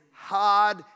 hard